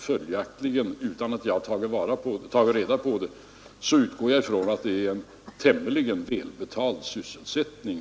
Följaktligen utgår jag från — utan att jag tagit reda på det — att det här är fråga om en tämligen välbetald sysselsättning.